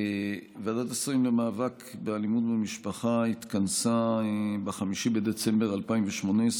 ועדת השרים למאבק באלימות במשפחה התכנסה ב-5 בדצמבר 2018,